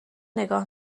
نگاه